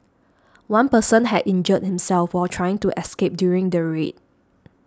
one person had injured himself while trying to escape during the raid